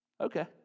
okay